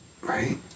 Right